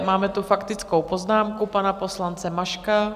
A máme tu faktickou poznámku pana poslance Maška.